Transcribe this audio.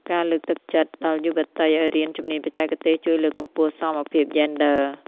ការលើកទឹកចិត្តដល់យុវតីឱ្យរៀនជំនាញបច្ចេកទេស ជួយលើកកម្ពស់សមភាពយេនឌ័រ។